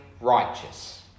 righteous